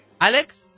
Alex